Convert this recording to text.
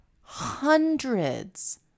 Hundreds